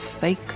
fake